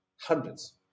hundreds